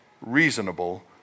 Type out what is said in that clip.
reasonable